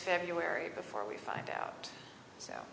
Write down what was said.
february before we find out so